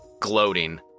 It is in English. gloating